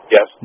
Yes